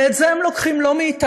ואת זה הם לוקחים לא מאתנו,